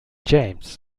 james